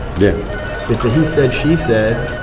yeah it's a he said, she said.